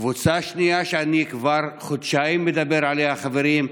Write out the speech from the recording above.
קבוצה שנייה, שאני כבר חודשיים מדבר עליה, חברים,